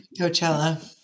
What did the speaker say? Coachella